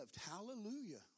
hallelujah